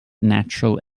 natural